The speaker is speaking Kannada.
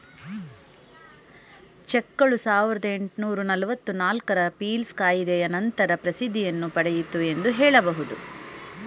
ಚೆಕ್ಗಳು ಸಾವಿರದ ಎಂಟುನೂರು ನಲವತ್ತು ನಾಲ್ಕು ರ ಪೀಲ್ಸ್ ಕಾಯಿದೆಯ ನಂತರ ಪ್ರಸಿದ್ಧಿಯನ್ನು ಪಡೆಯಿತು ಎಂದು ಹೇಳಬಹುದು